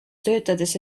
töötades